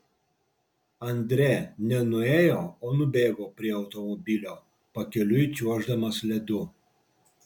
andre ne nuėjo o nubėgo prie automobilio pakeliui čiuoždamas ledu